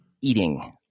eating